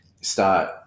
start